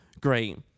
great